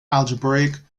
algebraic